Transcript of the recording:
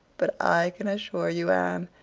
but i can assure you, anne,